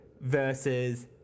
versus